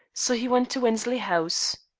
so he went to wensley house.